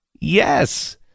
Yes